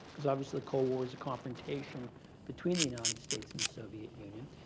because obviously the cold war is a confrontation between the united states and the soviet union.